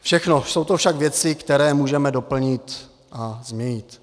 Všechno jsou to však věci, které můžeme doplnit a změnit.